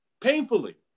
painfully